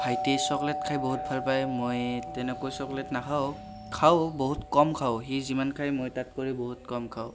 ভাইটি চকলেট খাই বহুত ভাল পায় মই তেনেকৈ চকলেট নাখাওঁ খাওঁ বহুত কম খাওঁ সি যিমান খায় মই তাত কৰি বহুত কম খাওঁ